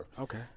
Okay